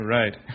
right